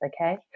okay